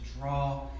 draw